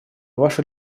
ваше